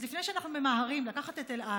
אז לפני שאנחנו ממהרים לקחת את אל על,